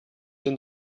denn